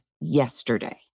yesterday